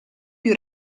più